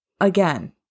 again